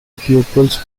pupils